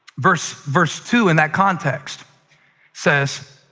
verse verse two in that context says,